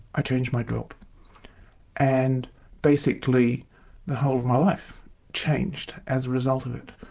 i changed my job and basically the whole of my life changed as a result of it.